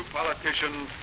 politicians